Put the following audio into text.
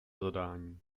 zadání